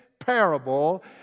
parable